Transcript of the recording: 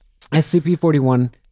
SCP-41